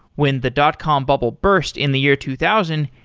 when the dot com bubble burst in the year two thousand,